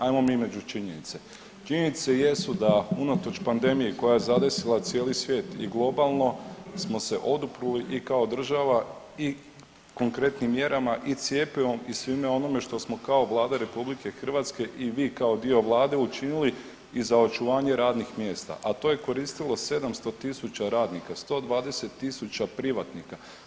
Ajmo mi među činjenice, činjenice jesu da unatoč pandemiji koja je zadesila cijeli svijet i globalno smo se oduprli i kao država i konkretnim mjerama i cjepivom i svime onome što smo kao Vlada RH i vi kao dio vlade učinili i za očuvanje radnih mjesta, a to je koristilo 700.000 radnika, 120.000 privatnika.